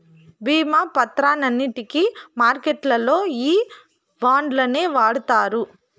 భీమా పత్రాలన్నింటికి మార్కెట్లల్లో ఈ బాండ్లనే వాడుతారు